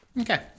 Okay